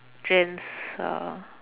gents uh